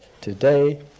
today